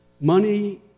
Money